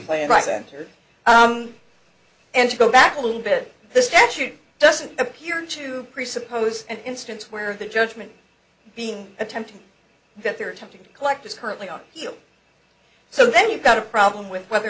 play right center and to go back a little bit the statute doesn't appear to presuppose an instance where the judgment being attempted that they're attempting to collect is currently on feel so then you've got a problem with whether or